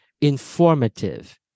informative